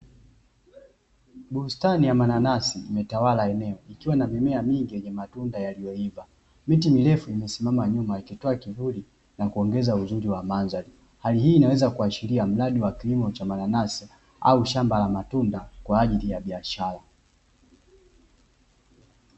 Bustani ya mananasi imetawala eneo, ikiwa na mimea mingi yenye matunda yaliyoiva. Miti mirefu imesimama nyuma, ikitoa kivuli na kuongeza uzuri wa mandhari. Hali hii inaweza kuashiria mradi wa kilimo cha mananasi au shamba la matunda kwa ajili ya biashara.